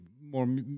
more